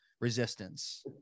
resistance